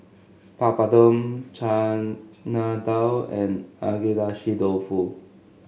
Papadum Chana Dal and Agedashi Dofu